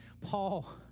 Paul